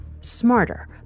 smarter